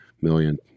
million